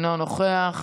אינו נוכח.